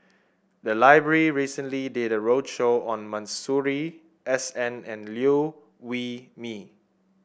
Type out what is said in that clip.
the library recently did a roadshow on Masuri S N and Liew Wee Mee